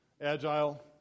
agile